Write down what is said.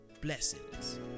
blessings